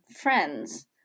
friends